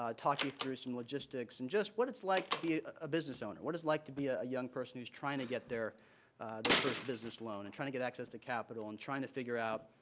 ah talk you through some logistics and just what it's like to be a business owner. what it's like to be a young person who is trying to get their their first business loan and trying to get access to capital and trying to figure out,